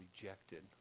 rejected